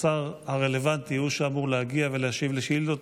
השר הרלוונטי הוא שאמור להגיע ולהשיב על שאילתות.